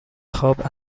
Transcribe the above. خواب